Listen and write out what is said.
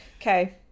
Okay